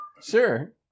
Sure